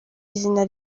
izina